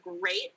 great